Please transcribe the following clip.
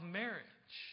marriage